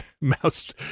mouse